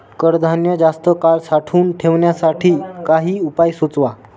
कडधान्य जास्त काळ साठवून ठेवण्यासाठी काही उपाय सुचवा?